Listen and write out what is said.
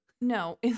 No